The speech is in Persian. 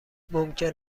ممکن